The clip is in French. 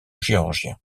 géorgien